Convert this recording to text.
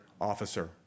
officer